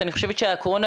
אני חושבת שהקורונה,